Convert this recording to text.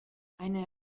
eine